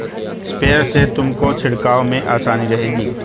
sprayer से तुमको छिड़काव में आसानी रहेगी